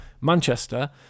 Manchester